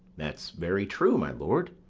that's very true, my lord.